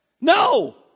No